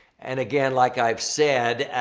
and again like, i've said,